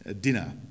dinner